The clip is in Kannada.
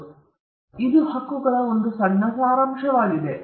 ಈಗ ಅದು ಹಕ್ಕುಗಳ ಒಂದು ಸಣ್ಣ ಸಾರಾಂಶವಾಗಿದೆ